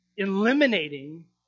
eliminating